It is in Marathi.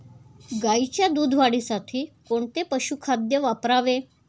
गाईच्या दूध वाढीसाठी कोणते पशुखाद्य वापरावे?